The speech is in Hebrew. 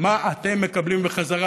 מה אתם מקבלים בחזרה,